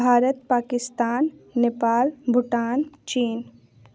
भारत पाकिस्तान नेपाल भूटान चीन